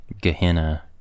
Gehenna